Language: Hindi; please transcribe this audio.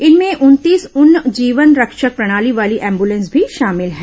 इनमें उनतीस उन्न्त जीवन रक्षक प्रणाली वाली एम्बुलेंस भी शामिल हैं